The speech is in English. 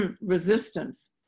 resistance